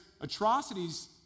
atrocities